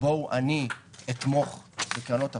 בואו אני אתמוך בקרנות הפנסיה,